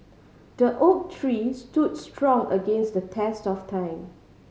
the oak tree stood strong against the test of time